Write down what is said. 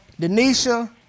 Denisha